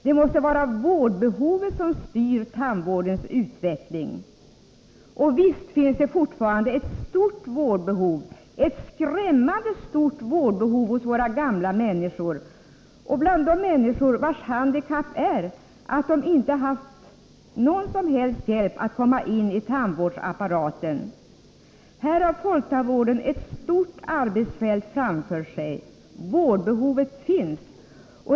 Det måste vara vårdbehovet som styr tandvårdens utveckling. Och visst finns det fortfarande stort vårdbehov, ett skrämmande stort vårdbehov hos våra gamla människor och bland de människor vars handikapp är att de inte haft någon som helst hjälp att komma in i tandvårdsapparaten. Här har folktandvården ett stort arbetsfält framför sig. Vårdbehovet finns!